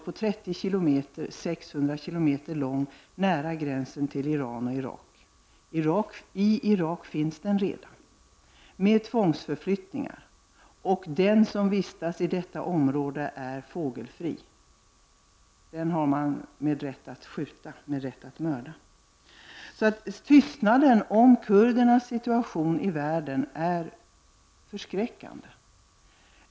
Den är 30 kilometer bred och 600 kilometer lång och ligger nära gränsen till Iran och Irak. I Irak finns redan en sådan zon. Man använder sig här av tvångsförflyttningar. Den som vistas i detta område är fågelfri. Honom har man rätt att skjuta, rätt att mörda. Tystnaden som råder när det gäller kurdernas situation i världen är förskräckande.